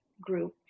group